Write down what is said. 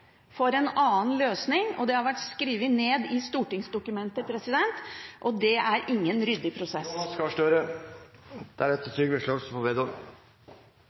for en annen løsning, og det har vært skrevet ned i stortingsdokumenter. Så dette har ikke vært en ryddig prosess.